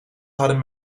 hadden